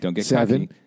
seven